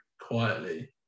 quietly